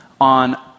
on